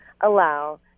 allow